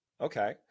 Okay